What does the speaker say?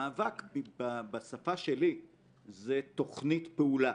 מאבק בשפה שלי זו תכנית פעולה